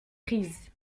prise